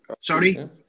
Sorry